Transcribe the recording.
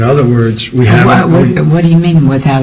other words what do you mean without